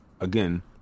again